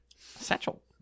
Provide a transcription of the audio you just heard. Satchel